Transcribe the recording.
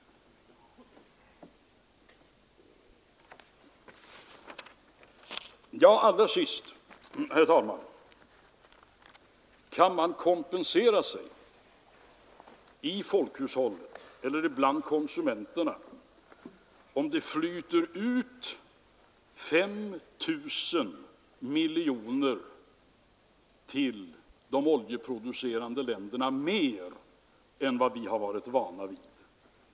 Allra sist, herr talman, vill jag beröra ytterligare en fråga: Kan folkhushållet eller konsumenterna kompensera sig om det flyter ut 5 000 miljoner till de oljeproducerande länderna mer än vad vi har varit vana vid?